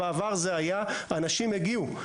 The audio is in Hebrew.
בעבר אנשים הגיעו.